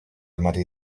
armate